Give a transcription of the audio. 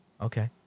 Okay